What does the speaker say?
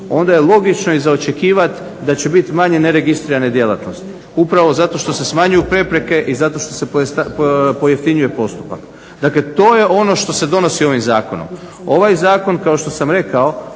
onda je logično i za očekivati da će biti manje neregistrirane djelatnosti. Upravo zato što se smanjuju prepreke i zato što se pojeftinjuje postupak. Dakle, to je ono što se donosi ovim zakonom. Ovaj zakon kao što sam rekao